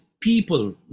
people